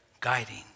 guiding